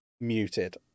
muted